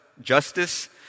justice